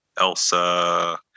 Elsa